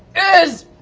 is.